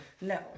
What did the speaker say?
No